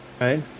right